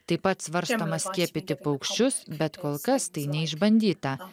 taip pat svarstoma skiepyti paukščius bet kol kas tai neišbandyta